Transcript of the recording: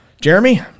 Jeremy